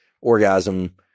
orgasm